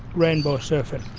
rainbow serpent,